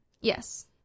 Yes